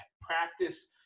practice